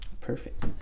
Perfect